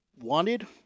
wanted